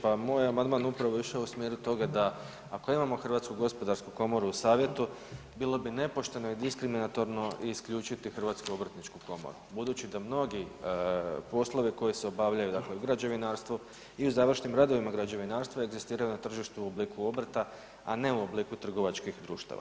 Pa moj amandman upravo je išao u smjeru toga da ako imamo Hrvatsku gospodarsku komoru u savjetu bilo bi nepošteno i diskriminatorno isključiti Hrvatsku obrtničku komoru budući da mnogi poslovi koji se obavljaju dakle u građevinarstvu i u završnim radovima građevinarstva egzistiraju na tržištu u obliku obrta, a ne u obliku trgovačkih društava.